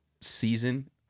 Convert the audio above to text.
season